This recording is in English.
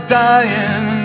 dying